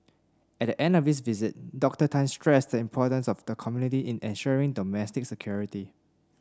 at the end of his visit Dr Tan stressed the importance of the community in ensuring domestic security